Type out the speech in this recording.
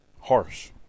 harsh